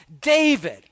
David